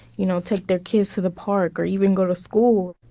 you know, take their kids to the park or even go to school?